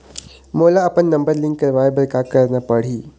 मोला अपन number link करवाये बर का करना पड़ही?